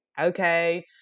okay